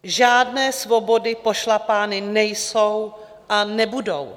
Žádné svobody pošlapávány nejsou a nebudou.